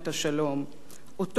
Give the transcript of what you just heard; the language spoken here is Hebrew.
אותו אדם כל הזמן,